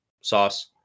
sauce